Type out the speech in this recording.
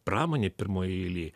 pramonė pirmoj eilėj